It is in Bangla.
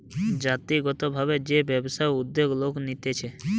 জাতিগত ভাবে যে ব্যবসায়ের উদ্যোগ লোক নিতেছে